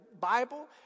Bible